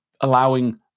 allowing